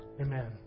Amen